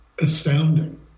astounding